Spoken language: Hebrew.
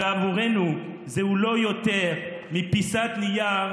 ואין זה עבורנו יותר מפיסת נייר,